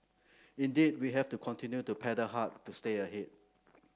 indeed we have to continue to paddle hard to stay ahead